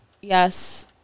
Yes